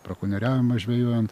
brakonieriaujama žvejojant